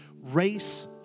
Race